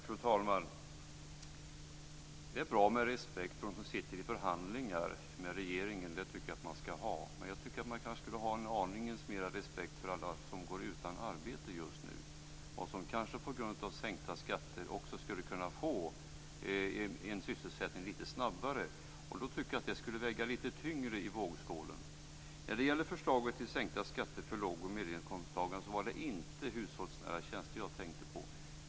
Fru talman! Det är bra med respekt för dem som sitter i förhandlingar med regeringen. Jag tycker att man skall ha det, men jag tycker att man kanske skulle ha en aning mera respekt för alla dem som just nu går utan arbete och som kanske på grund av sänkta skatter skulle kunna få sysselsättning lite snabbare. Jag tycker att det skulle väga lite tyngre i vågskålen. När det gällde förslaget till sänkta skatter för lågoch medelinkomsttagare var det inte hushållsnära tjänster som jag tänkte på.